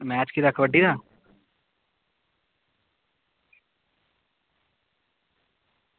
match केह् डे आ